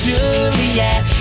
Juliet